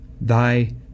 Thy